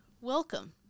welcome